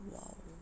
!wow!